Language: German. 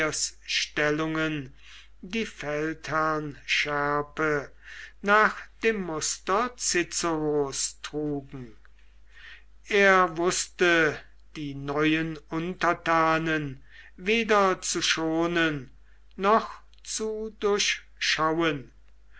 die feldherrnschärpe nach dem muster ciceros trugen er wußte die neuen untertanen weder zu schonen noch zu durchschauen